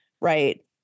Right